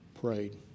prayed